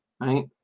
Right